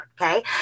okay